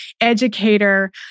educator